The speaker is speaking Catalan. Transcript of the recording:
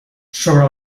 sobre